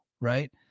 right